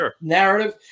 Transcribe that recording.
narrative